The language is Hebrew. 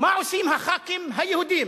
מה עושים הח"כים היהודים.